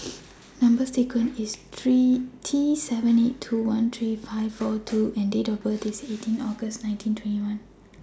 Number sequence IS T seven eight two one three four five U and Date of birth IS eighteen August nineteen twenty one